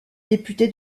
député